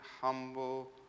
humble